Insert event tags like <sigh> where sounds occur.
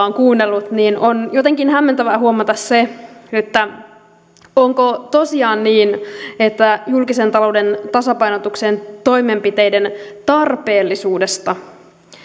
<unintelligible> on kuunnellut niin on jotenkin hämmentävää huomata se että onko tosiaan niin että julkisen talouden tasapainotuksen toimenpiteiden tarpeellisuudesta